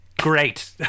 Great